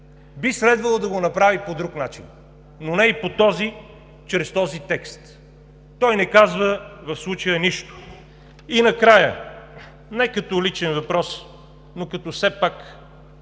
би следвало да го направи по друг начин, но не и по този, чрез този текст, той не казва в случая нищо. И накрая, не като личен въпрос, но все пак